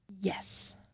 Yes